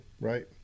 right